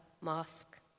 Mosque